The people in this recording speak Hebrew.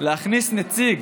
תודה